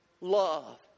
love